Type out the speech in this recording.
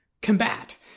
combat